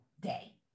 day